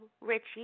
Richie